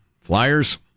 Flyers